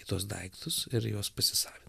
į tuos daiktus ir juos pasisavino